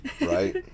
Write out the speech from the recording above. right